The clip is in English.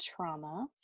trauma